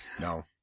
No